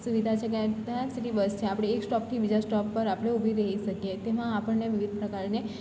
સુવિધા છે કારણ કે ત્યાં જ સુધી બસ છે આપણે એક સ્ટોપથી બીજા સ્ટોપ પર આપણે ઊભી રહી શકીએ તેમાં આપણને વિવિધ પ્રકારને